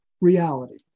reality